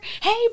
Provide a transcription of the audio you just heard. Hey